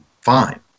fine